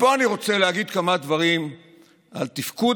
פה אני רוצה להגיד כמה דברים על תפקוד